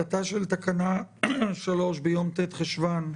שאומר: תחילתה של תקנה 3 ביום ט' חשון,